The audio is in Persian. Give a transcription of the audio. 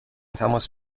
تماس